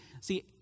See